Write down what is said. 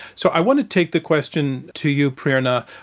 so i want to take the question to you, prerna,